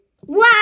wow